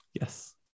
Yes